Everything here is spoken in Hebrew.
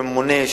של הממונה,